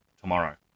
tomorrow